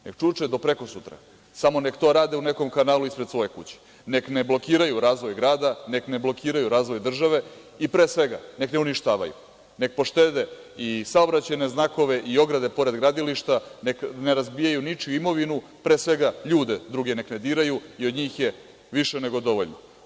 Neka čuče do prekosutra, samo neka to rade u nekom kanalu ispred svoje kuće, neka ne blokiraju razvoj grada, neka ne blokiraju razvoj države i, pre svega, neka ne uništavaju, neka poštede i saobraćajne znakove i ograde pored gradilišta, neka ne razbijaju ničiju imovinu, pre svega, ljude druge neka ne diraju i od njih je više nego dovoljno.